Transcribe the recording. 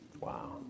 Wow